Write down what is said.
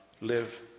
live